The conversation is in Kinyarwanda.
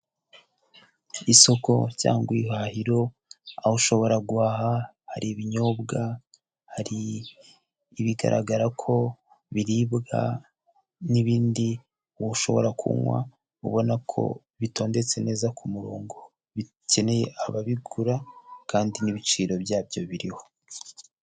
Isoko cyangwa ibihahiro aho ushobora guhaha hari ibinyobwa, hari ibigaragara ko biribwa, n'ibindi ushobora kunywa ubona ko bitondetse neza ku murongo, bikeneye ababigura kandi n'ibiciro byabyo biriho.